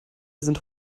sind